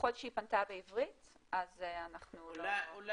ככל שהיא פנתה בעברית אז אנחנו לא --- אלו